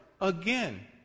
again